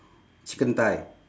chicken thigh